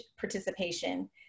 participation